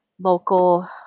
local